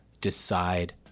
decide